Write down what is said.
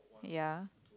ya